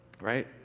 right